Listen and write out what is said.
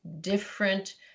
different